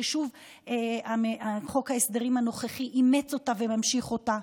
ששוב חוק ההסדרים הנוכחי אימץ אותה וממשיך אותה,